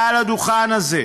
מעל הדוכן הזה.